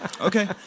Okay